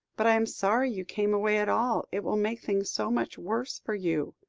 but i am sorry you came away at all. it will make things so much worse for you.